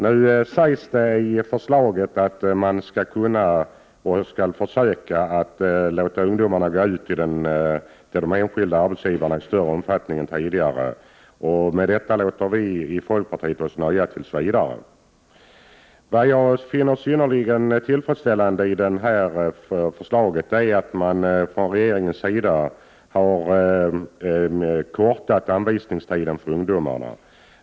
Nu sägs det i förslaget att man skall försöka att låta ungdomarna gå ut till de enskilda arbetsgivarna i större omfattning än tidigare. Med detta låter vi i folkpartiet oss nöja tills vidare. Det jag finner synnerligen tillfredsställande i förslaget är att regeringen har förkortat anvisningstiden för ungdomarna.